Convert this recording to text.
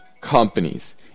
companies